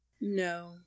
No